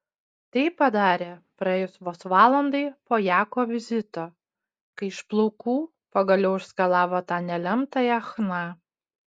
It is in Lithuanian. tai padarė praėjus vos valandai po jako vizito kai iš plaukų pagaliau išskalavo tą nelemtąją chna